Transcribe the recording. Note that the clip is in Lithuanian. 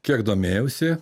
kiek domėjausi